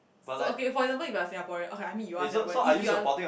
so okay for example if you're Singaporean okay I mean you're Singaporean if you are